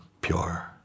pure